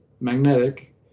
magnetic